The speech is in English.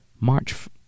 march